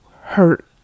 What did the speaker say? hurt